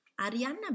Arianna